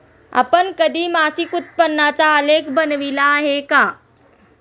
आपण कधी मासिक उत्पन्नाचा आलेख बनविला आहे का?